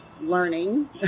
learning